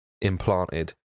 implanted